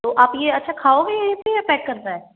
तो आप ये अच्छा खाओगे यहीं पे या पैक करना है